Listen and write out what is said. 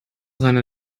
rainer